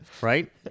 right